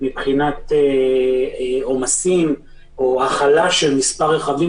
מבחינת עומסים או הכלה של מספר רכבים